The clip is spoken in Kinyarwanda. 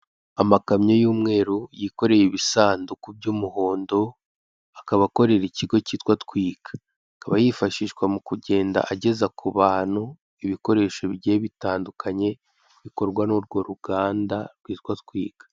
Amakamyo y'umweru yikoreye ibisanduku by'umuhondo akaba akorera ikigo kitwa twiga, akaba yifashishwa mukugenda ageza ku bantu ibikoresho bigiye bitandukanye bikorwa nurwo ruganda rwitwa twiga.